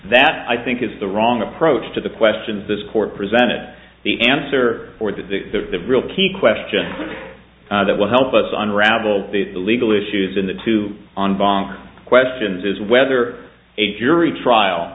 that i think is the wrong approach to the question this court presented the answer or the real key question that will help us on ravel the legal issues in the two on bong questions is whether a jury trial